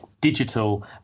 digital